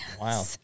wow